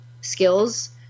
skills